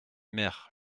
mère